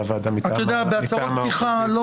הוועדה מטעם הקואליציה ומהאופוזיציה.